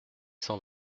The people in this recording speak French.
cent